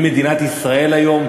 האם מדינת ישראל פועלת היום,